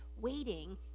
Waiting